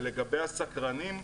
ולגבי הסקרנים,